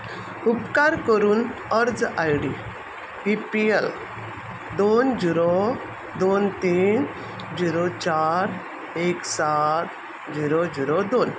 उपकार करून अर्ज I D E P L दोन झिरो दोन तीन झिरो चार एक सात झिरो झिरो दोन